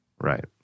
Right